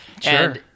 Sure